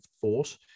thought